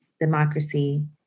democracy